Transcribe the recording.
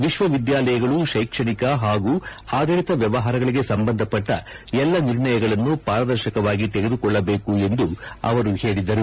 ವಿಶ್ವವಿದ್ಯಾಲಯಗಳು ಶೈಕ್ಷಣಿಕ ಹಾಗೂ ಅಡಳತ ವ್ಯವಹಾರಗಳಗೆ ಸಂಬಂಧಪಟ್ಟ ಎಲ್ಲಾ ನಿರ್ಣಯಗಳನ್ನು ಪಾರದರ್ಶಕವಾಗಿ ತೆಗೆದುಕೊಳ್ಳಬೇಕು ಎಂದು ಅವರು ಹೇಳದರು